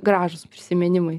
gražūs prisiminimai